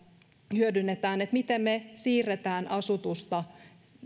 hyödynnetään miten me siirrämme asutusta